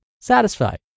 satisfied